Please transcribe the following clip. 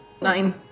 nine